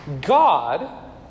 God